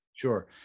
Sure